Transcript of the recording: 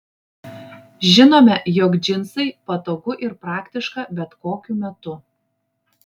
žinome jog džinsai patogu ir praktiška bet kokiu metu